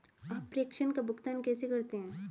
आप प्रेषण का भुगतान कैसे करते हैं?